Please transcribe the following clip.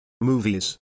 Movies